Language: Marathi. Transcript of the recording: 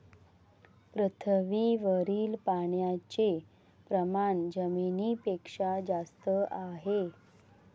पृथ्वीवरील पाण्याचे प्रमाण जमिनीपेक्षा जास्त आहे